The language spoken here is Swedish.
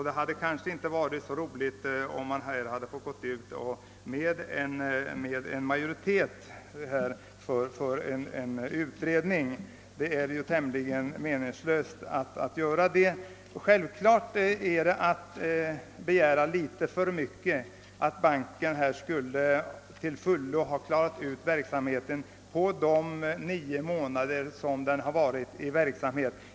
Det hade kanske inte varit så roligt, om majoriteten röstat för kravet på att en utredning skulle verkställas — det är ju tämligen meningslöst att yrka på en sådan utredning. Självklart är det att begära litet för mycket att mena att banken skulle till fullo ha kunnat uppdraga riktlinjer för sin verksamhet på de nio månader den hittills har fungerat.